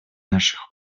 наших